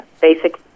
basic